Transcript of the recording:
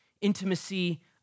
intimacy